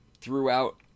throughout